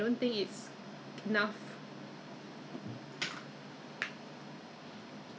我在外面用了之后 then ask myself eh is it effective ah sekali is not killing germs then how 我不是在骗我自己 ah